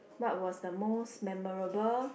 what was the most memorable